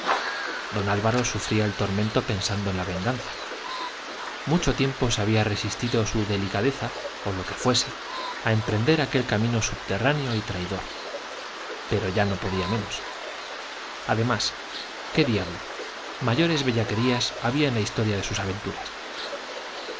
don álvaro sufría el tormento pensando en la venganza mucho tiempo se había resistido su delicadeza o lo que fuese a emprender aquel camino subterráneo y traidor pero ya no podía menos además qué diablo mayores bellaquerías había en la historia de sus aventuras